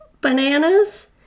bananas